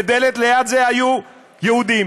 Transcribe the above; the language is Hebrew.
ודלת ליד זה היו יהודים.